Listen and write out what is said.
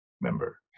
member